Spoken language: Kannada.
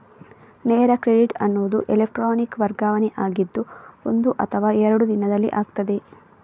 ನೇರ ಕ್ರೆಡಿಟ್ ಅನ್ನುದು ಎಲೆಕ್ಟ್ರಾನಿಕ್ ವರ್ಗಾವಣೆ ಆಗಿದ್ದು ಒಂದು ಅಥವಾ ಎರಡು ದಿನದಲ್ಲಿ ಆಗ್ತದೆ